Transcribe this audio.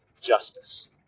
justice